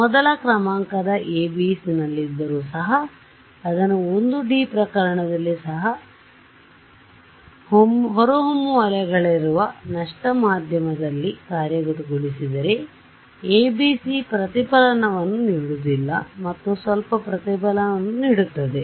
ಮೊದಲ ಕ್ರಮಾಂಕ ಎಬಿಸಿ ನನ್ನಲ್ಲಿದ್ದರೂ ಸಹ ಅದನ್ನು 1 ಡಿ ಪ್ರಕರಣದಲ್ಲಿ ಸಹ ಎವಾನೆಸೆಂಟ್ ಅಲೆಗಳಿರುವ ನಷ್ಟ ಮಾಧ್ಯಮದಲ್ಲಿ ಕಾರ್ಯಗತಗೊಳಿಸಿದರೆ ಎಬಿಸಿ ಪ್ರತಿಫಲನವನ್ನು ನೀಡುವುದಿಲ್ಲ ಮತ್ತು ಸ್ವಲ್ಪ ಪ್ರತಿಫಲನವನ್ನು ನೀಡುತ್ತದೆ